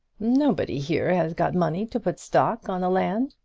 nobody here has got money to put stock on the land,